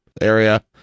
area